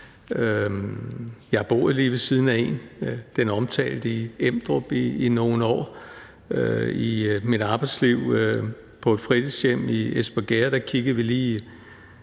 har boet lige ved siden af en, den omtalte i Emdrup, i nogle år. I mit arbejdsliv på et fritidshjem i Espergærde kiggede vi lige